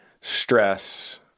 stress